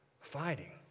fighting